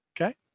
okay